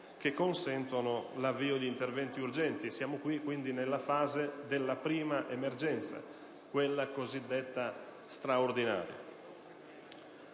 che consentano l'avvio di interventi urgenti. Siamo nella fase della prima emergenza, quella cosiddetta straordinaria.